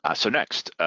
ah so next,